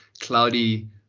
cloudy